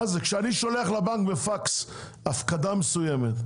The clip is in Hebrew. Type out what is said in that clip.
כשאני שולח לבנק הפקדה מסוימת בפקס